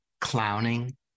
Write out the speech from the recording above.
clowning